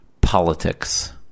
politics